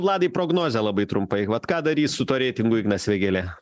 vladai prognozė labai trumpai vat ką darys su tuo reitingu ignas vėgėlė